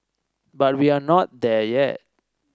but we're not there yet